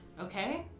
Okay